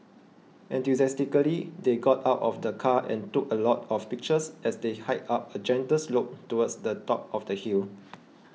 enthusiastically they got out of the car and took a lot of pictures as they hiked up a gentle slope towards the top of the hill